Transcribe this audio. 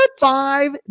five